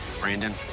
brandon